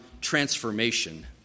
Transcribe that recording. transformation